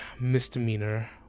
misdemeanor